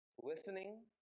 listening